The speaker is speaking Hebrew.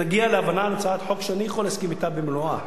נגיע להבנה על הצעת חוק שאני יכול להסכים אתה במלואה.